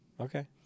Okay